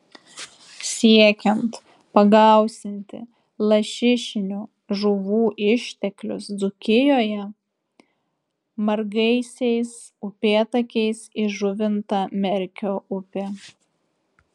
siekiant pagausinti lašišinių žuvų išteklius dzūkijoje margaisiais upėtakiais įžuvinta merkio upė